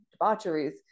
debaucheries